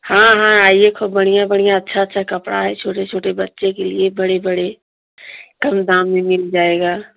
हाँ हाँ आइए खूब बढ़ियाँ बढ़ियाँ अच्छा अच्छा कपड़ा है छोटे छोटे बच्चे के लिए बड़े बड़े कम दाम में मिल जाएगा